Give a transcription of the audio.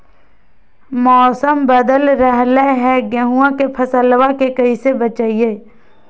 मौसम बदल रहलै है गेहूँआ के फसलबा के कैसे बचैये?